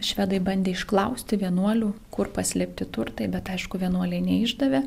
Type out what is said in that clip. švedai bandė išklausti vienuolių kur paslėpti turtai bet aišku vienuoliai neišdavė